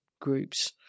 groups